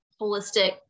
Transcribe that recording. holistic